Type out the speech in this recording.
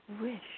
wish